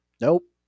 Nope